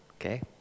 Okay